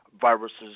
viruses